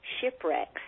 shipwrecks